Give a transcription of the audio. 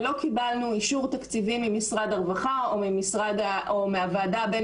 ולא קיבלנו אישור תקציבי ממשרד הרווחה או מהוועדה הבין